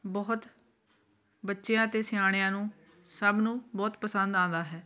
ਬਹੁਤ ਬੱਚਿਆਂ ਅਤੇ ਸਿਆਣਿਆਂ ਨੂੰ ਸਭ ਨੂੰ ਬਹੁਤ ਪਸੰਦ ਆਉਂਦਾ ਹੈ